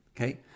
okay